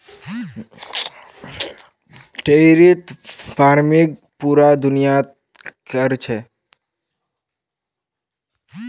dairy farming पूरा दुनियात क र छेक